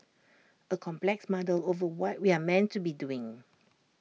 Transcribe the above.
A complex muddle over what we're meant to be doing